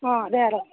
ಹಾಂ ಬೇಡ